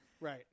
Right